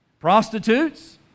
Prostitutes